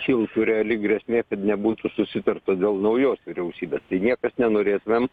kiltų reali grėsmė kad nebūtų susitarta dėl naujos vyriausybės tai niekas nenorėtumėm